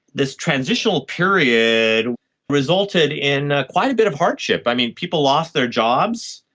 this transitional period resulted in quite a bit of hardship. i mean, people lost their jobs,